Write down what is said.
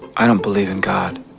i don't believe in god,